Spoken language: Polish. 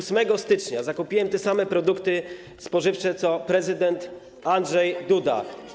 8 stycznia zakupiłem te same produkty spożywcze co prezydent Andrzej Duda.